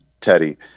teddy